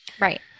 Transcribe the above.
right